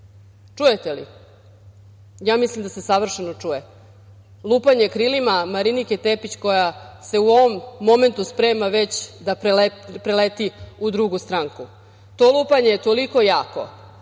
Čujete li? Ja mislim da se savršeno čuje lupanje krilima Marinike Tepić koja se uvom momentu sprema da preleti u drugu stranku. To lupanje je toliko jako